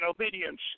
obedience